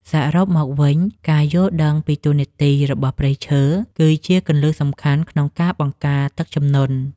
សរុបមកវិញ ការយល់ដឹងពីតួនាទីរបស់ព្រៃឈើ គឺជាគន្លឹះសំខាន់ក្នុងការបង្ការទឹកជំនន់។